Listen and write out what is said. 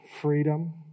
freedom